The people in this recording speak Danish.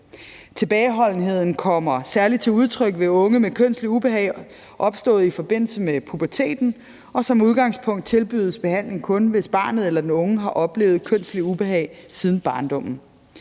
Tilbageholdenheden kommer særlig til udtryk ved unge med kønsligt ubehag opstået i forbindelse med puberteten, og som udgangspunkt tilbydes behandling kun, hvis barnet eller den unge har oplevet kønsligt ubehag siden barndommen.